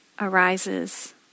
arises